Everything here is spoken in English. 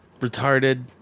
retarded